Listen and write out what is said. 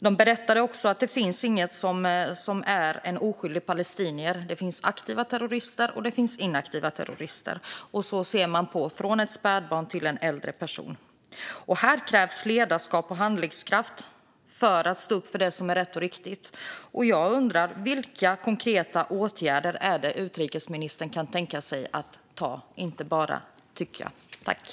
De berättar också att det inte finns något sådant som en oskyldig palestinier. Det finns aktiva terrorister, och det finns inaktiva terrorister. Så ser man på alla från ett spädbarn till en äldre person. Här krävs ledarskap och handlingskraft för att stå upp för det som är rätt och riktigt. Jag undrar vilka konkreta åtgärder utrikesministern kan tänka sig att vidta i stället för att bara tycka.